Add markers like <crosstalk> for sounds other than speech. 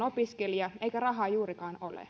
<unintelligible> opiskelija ja pienituloinen eikä rahaa juurikaan ole <unintelligible>